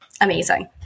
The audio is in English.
amazing